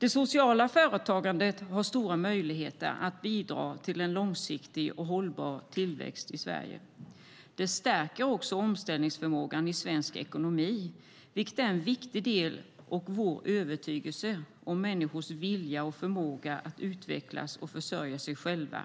Det sociala företagandet har stora möjligheter att bidra till en långsiktig och hållbar tillväxt i Sverige. Det stärker också omställningsförmågan i svensk ekonomi, vilket är en viktig del av vår övertygelse om människors vilja och förmåga att utvecklas och försörja sig själva.